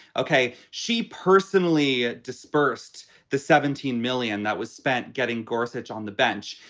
ok. she personally dispersed the seventeen million that was spent getting gorsuch on the bench.